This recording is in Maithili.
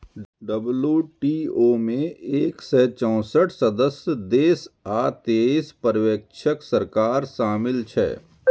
डब्ल्यू.टी.ओ मे एक सय चौंसठ सदस्य देश आ तेइस पर्यवेक्षक सरकार शामिल छै